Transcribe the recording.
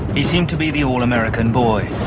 he seemed to be the all-american boy,